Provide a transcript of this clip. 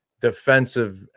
Defensive